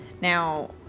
Now